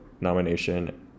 nomination